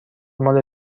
مال